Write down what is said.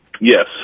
Yes